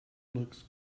looks